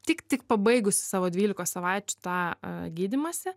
tik tik pabaigusi savo dvylikos savaičių tą gydymąsi